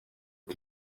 iki